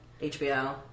hbo